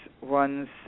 ones